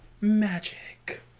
magic